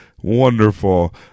wonderful